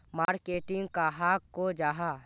Marketing कहाक को जाहा?